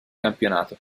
campionato